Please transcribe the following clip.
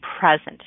present